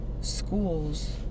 Schools